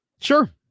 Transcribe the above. Sure